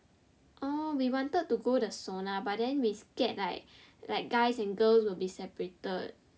orh we wanted to go the sauna but we scared like like guys and girls will be separated